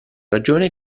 ragione